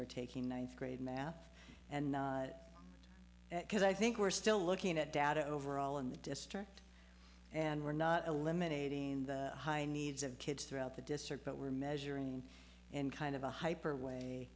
are taking ninth grade math and because i think we're still looking at data overall in the district and we're not eliminating the high needs of kids throughout the district but we're measuring and kind of a hyper way